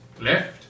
left